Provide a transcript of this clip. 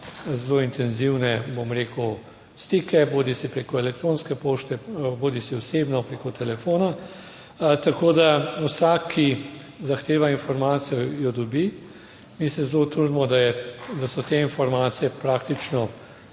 zelo intenzivne, bom rekel, stike bodisi preko elektronske pošte bodisi osebno preko telefona, tako da vsak, ki zahteva informacijo, jo dobi. Mi se zelo trudimo, da je, da so te informacije praktično